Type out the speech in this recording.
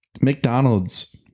mcdonald's